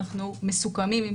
אנחנו ממשיכים הלאה.